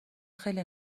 خیلی